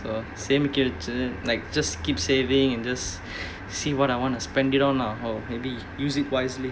so சேமிச்சு வெச்சி:semichi vechi like just keep saving and just see what I want to spend it on lah or maybe use it wisely